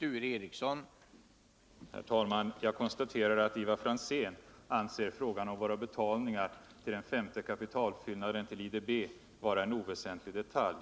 Herr talman! Jag konstaterar att Ivar Franzén anser frågan om våra betalningar till den femte kapitalpåfyllnaden inom IDB vara en oväsentlig detalj.